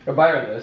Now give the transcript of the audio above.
ah byron does.